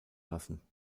lassen